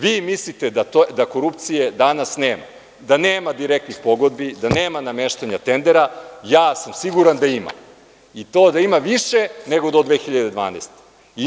Vi misliste da korupcije danas nema, da nema direktnih pogodbi, da nema nameštanja tendera, a ja sam siguran da ima, i to da ima više nego do 2012. godine.